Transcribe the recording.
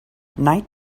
night